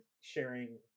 sharing